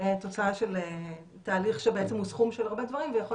תוצאה של תהליך שבעצם הוא סכום של הרבה דברים ויכול